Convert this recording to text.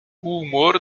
humor